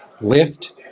lift